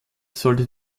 sollte